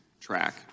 track